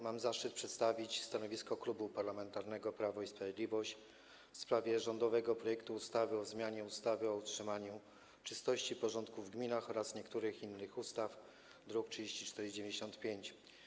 Mam zaszczyt przedstawić stanowisko Klubu Parlamentarnego Prawo i Sprawiedliwość wobec rządowego projektu ustawy o zmianie ustawy o utrzymaniu czystości i porządku w gminach oraz niektórych innych ustaw, druk nr 3495.